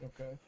okay